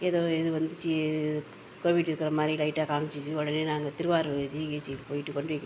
எதோ இது வந்துச்சு கோவிட் இருக்கிற மாதிரி லைட்டாக காம்சிச்சு உடனே நாங்கள் திருவாரூர் ஜிஹெச்சிக்கு போய்விட்டு கொண்டிக்கு